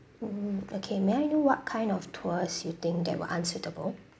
mm okay may I know what kind of tours you think that were unsuitable